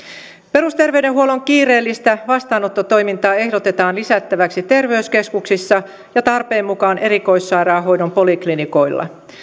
perusterveydenhuollon kiireellistä vastaanottotoimintaa ehdotetaan lisättäväksi terveyskeskuksissa ja tarpeen mukaan erikoissairaanhoidon poliklinikoilla